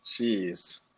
Jeez